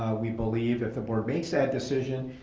we believe, if the board makes that decision,